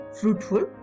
fruitful